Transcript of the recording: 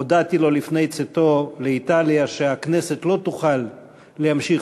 הודעתי לו לפני צאתו לאיטליה שהכנסת לא תוכל להמשיך